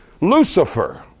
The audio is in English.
Lucifer